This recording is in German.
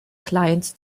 clients